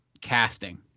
casting